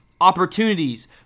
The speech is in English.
opportunities